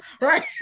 right